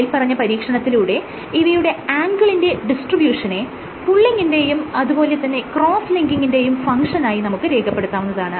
മേല്പറഞ്ഞ പരീക്ഷണത്തിലൂടെ ഇവയുടെ ആംഗിളിന്റെ ഡിസ്ട്രിബ്യുഷനെ പുള്ളിങ്റെയും അതുപോലെ തന്നെ ക്രോസ്സ് ലിങ്കിങിന്റെയും ഫങ്ഷനായി നമുക്ക് രേഖപെടുത്താവുന്നതാണ്